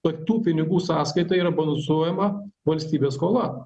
vat tų pinigų sąskaita yra balansuojama valstybės skola